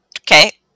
okay